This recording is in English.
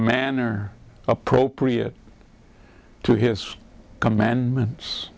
manner appropriate to his commandments